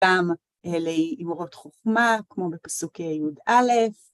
גם לאמרות חוכמה, כמו בפסוק יא